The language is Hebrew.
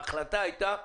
ההחלטה היתה,